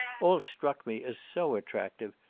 all struck me as so attractive,